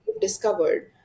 discovered